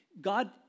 God